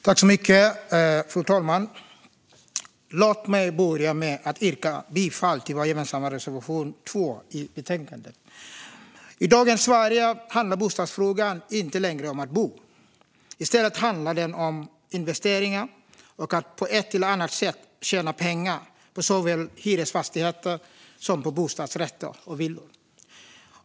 Fru talman! Låt mig börja med att yrka bifall till vår gemensamma reservation 2 i betänkandet. I dagens Sverige handlar bostadsfrågan inte längre om att bo. I stället handlar den om investeringar och att på ett eller annat sätt tjäna pengar på såväl hyresfastigheter som bostadsrätter och villor.